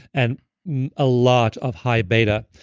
and a lot of high beta.